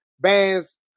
bands